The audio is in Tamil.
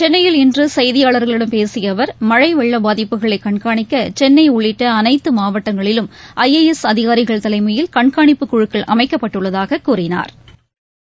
சென்னையில் இன்றசெய்தியாளர்களிடம் பேசியஅவர் மழைவெள்ளபாதிப்புகளைகண்காணிக்கசென்னைஉள்ளிட்டஅனைத்துமாவட்டங்களிலும் ஐ ஏ எஸ் எஸ் அதிகாரிகள் தலைமையில் கண்காணிப்பு குழுக்கள் அமைக்கப்பட்டுள்ளதாகக் கூறினாா்